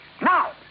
Now